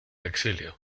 exilio